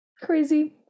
Crazy